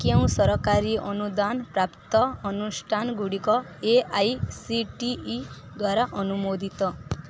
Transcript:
କେଉଁ ସରକାରୀ ଅନୁଦାନ ପ୍ରାପ୍ତ ଅନୁଷ୍ଠାନଗୁଡ଼ିକ A I C T E ଦ୍ଵାରା ଅନୁମୋଦିତ